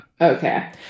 okay